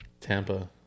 Tampa